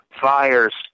fires